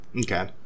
Okay